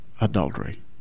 adultery